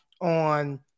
on